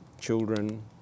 children